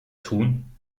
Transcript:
tun